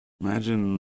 imagine